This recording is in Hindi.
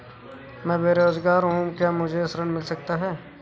मैं बेरोजगार हूँ क्या मुझे ऋण मिल सकता है?